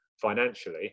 financially